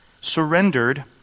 Surrendered